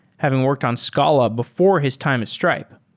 having worked on scala before his type at stripe.